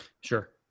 Sure